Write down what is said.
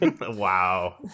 Wow